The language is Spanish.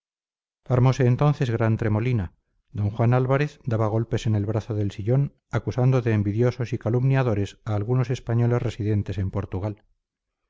gloria armose entonces gran tremolina d juan álvarez daba golpes en el brazo del sillón acusando de envidiosos y calumniadores a algunos españoles residentes en portugal